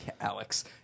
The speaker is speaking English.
Alex